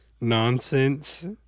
nonsense